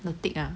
the tick ah